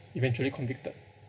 eventually convicted